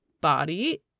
body